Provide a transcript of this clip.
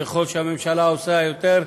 ככל שהממשלה עושה יותר,